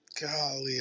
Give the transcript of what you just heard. Golly